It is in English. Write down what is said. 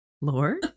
Lord